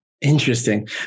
Interesting